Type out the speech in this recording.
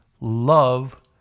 love